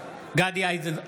(קורא בשמות חברי הכנסת) גדי איזנקוט,